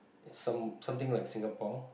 some something like Singapore